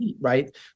right